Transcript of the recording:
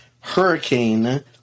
hurricane